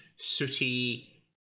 sooty